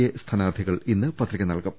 A സ്ഥാനാർത്ഥികൾ ഇന്ന് പത്രിക നൽകും